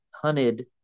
hunted